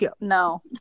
no